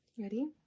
Ready